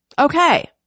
Okay